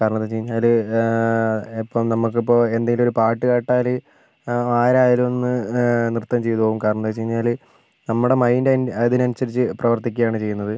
കാരണം എന്ന് വെച്ച് കഴിഞ്ഞാൽ ഇപ്പം നമുക്കിപ്പം എന്തെങ്കിലും ഒരു പാട്ട് കേട്ടാൽ ആരായാലും ഒന്ന് നൃത്തം ചെയ്തുപോകും കാരണം എന്ന് വെച്ച് കഴിഞ്ഞാൽ നമ്മുടെ മൈൻഡ് അയി അതിന് അനുസരിച്ച് പ്രവർത്തിക്കുകയാണ് ചെയ്യുന്നത്